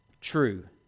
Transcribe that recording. true